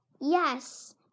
Yes